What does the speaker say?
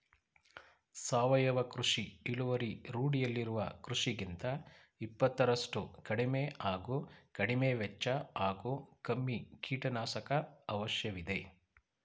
ಸಾವಯವ ಕೃಷಿ ಇಳುವರಿ ರೂಢಿಯಲ್ಲಿರುವ ಕೃಷಿಗಿಂತ ಇಪ್ಪತ್ತರಷ್ಟು ಕಡಿಮೆ ಹಾಗೂ ಕಡಿಮೆವೆಚ್ಚ ಹಾಗೂ ಕಮ್ಮಿ ಕೀಟನಾಶಕ ಅವಶ್ಯವಿದೆ